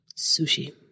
Sushi